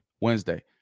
Wednesday